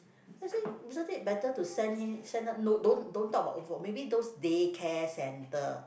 then I say isn't it better to send him send her no don't don't talk about old folk maybe those day care center